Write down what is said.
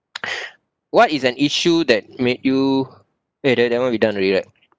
what is an issue that made you eh that that one we done already right